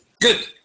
Good